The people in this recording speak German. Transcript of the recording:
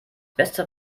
beste